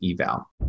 eval